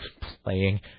playing